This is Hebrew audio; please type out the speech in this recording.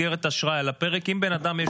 הכריז השר לביטחון לאומי על מצב חירום כליאתי,